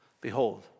behold